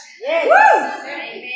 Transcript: Yes